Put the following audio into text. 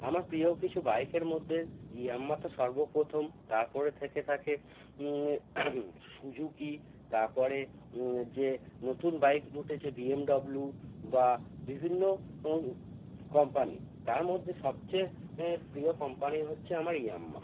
আমার প্রিয় কিছু বাইকের মধ্যে ইয়ামাহা তো সর্বপ্রথম তারপরে থেকে থাকে সুজুকি তারপরে যে নতুন বাইক উঠেছে বিএমডাব্লু বা বিভিন্ন কম্পানি তার মধ্যে সবচেয়ে প্রিয় কম্পানি হচ্ছে আমার ইয়ামাহা